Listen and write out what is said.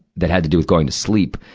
that had to do with going to sleep.